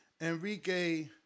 Enrique